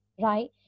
Right